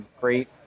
great